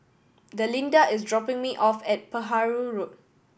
Delinda is dropping me off at Perahu Road